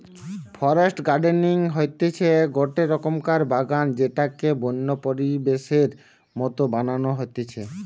forest gardening হতিছে গটে রকমকার বাগান যেটাকে বন্য পরিবেশের মত বানানো হতিছে